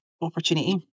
opportunity